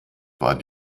war